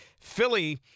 Philly